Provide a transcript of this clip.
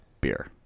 beer